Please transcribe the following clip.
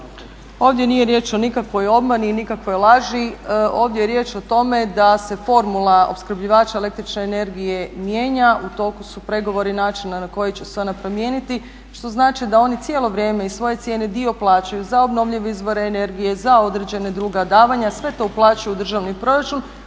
Ovdje nije riječ o nikakvoj obmani i nikakvoj laži, ovdje je riječ o tome da se formula opskrbljivača električne energije mijenja. U toku su pregovori načina na koji će se ona promijeniti. Što znači da oni cijelo vrijeme iz svoje cijene dio plaćaju za obnovljive izvore energije, za određena druga davanja i sve to uplaćuju u državni proračun.